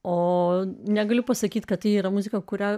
o negaliu pasakyti kad ji yra muzika kurią